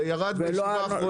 זה ירד בשעה האחרונה.